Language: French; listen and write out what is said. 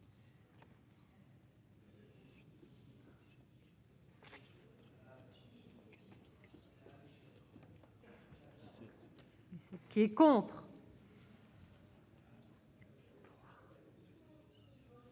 Qui est contre.